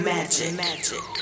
Magic